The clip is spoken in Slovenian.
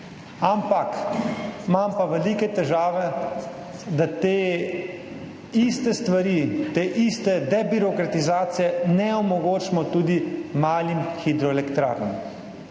Ampak imam pa velike težave s tem, da te iste stvari, te iste debirokratizacije ne omogočimo tudi malim hidroelektrarnam.